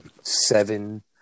seven